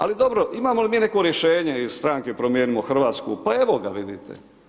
Ali dobro imamo li mi neko rješenje iz Stranke Promijenimo Hrvatsku, pa evo ga vidite.